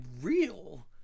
real